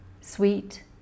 sweet